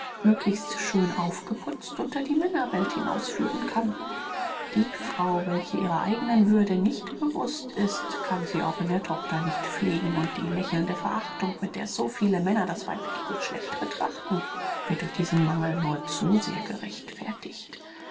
möglichst schön aufgeputzt unter die männerwelt hinausführen kann die frau welche ihrer eignen würde nicht bewußt ist kann sie auch in der tochter nicht pflegen und die lächelnde verachtung mit der so viele männer das weibliche geschlecht betrachten wird durch diesen mangel nur zu sehr gerechtfertigt